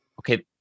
Okay